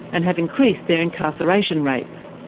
and have increased their incarceration rates.